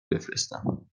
بفرستم